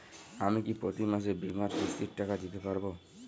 আমি কি প্রতি মাসে বীমার কিস্তির টাকা দিতে পারবো?